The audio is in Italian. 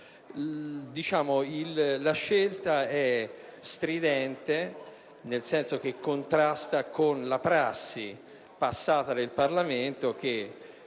La scelta è stridente, nel senso che contrasta con la prassi passata del Parlamento, che